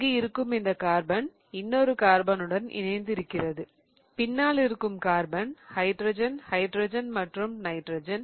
இங்கு இருக்கும் இந்த கார்பன் இன்னொரு கார்பன் உடன் இணைந்து இருக்கிறது பின்னால் இருக்கும் கார்பன் ஹைட்ரஜன் ஹைட்ரஜன் மற்றும் ஹைட்ரஜன்